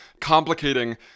complicating